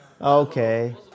Okay